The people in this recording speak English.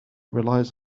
relies